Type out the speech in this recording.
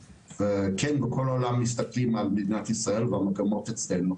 וכן כל העולם מסתכלים על מדינת ישראל ועל המגמות אצלנו,